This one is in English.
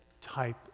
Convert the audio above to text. type